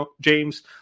James